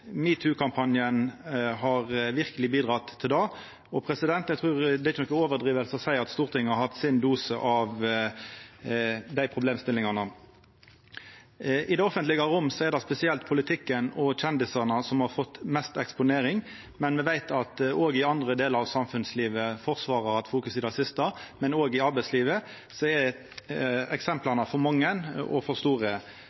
har verkeleg bidrege til det, og eg trur ikkje det er noka overdriving å seia at Stortinget har hatt sin dose av dei problemstillingane. I det offentlege rom er det spesielt politikken og kjendisane som har vore mest eksponerte, men me veit at òg i andre delar av samfunnslivet – Forsvaret har vore i fokus i det siste, men òg arbeidslivet elles – er